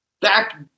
back